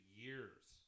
years